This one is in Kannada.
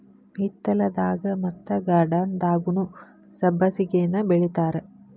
ಹಿತ್ತಲದಾಗ ಮತ್ತ ಗಾರ್ಡನ್ದಾಗುನೂ ಸಬ್ಬಸಿಗೆನಾ ಬೆಳಿತಾರ